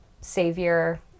savior